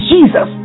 Jesus